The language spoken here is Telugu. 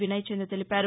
వినయ్ చంద్ తెలిపారు